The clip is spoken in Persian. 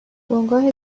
بنگاه